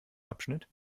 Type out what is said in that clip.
abschnitt